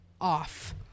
off